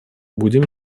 будем